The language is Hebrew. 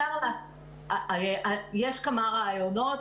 יש כמה רעיונות.